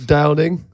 Downing